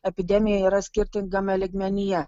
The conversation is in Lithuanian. epidemija yra skirtingame lygmenyje